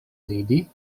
ridi